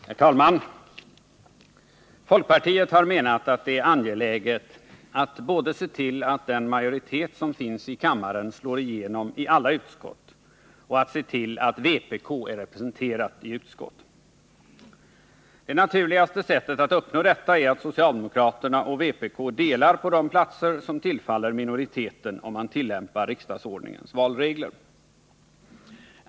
Herr talman! Folkpartiet har menat att det är angeläget både att se till att den majoritet som finns i kammaren slår igenom i alla utskott och att se till att vpk är representerat i utskott. Det naturligaste sättet att uppnå detta är att socialdemokraterna och vpk delar på de platser som tillfaller minoriteten, om man tillämpar riksdagsordningens valregler.